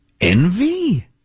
Envy